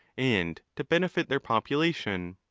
and to benefit their population.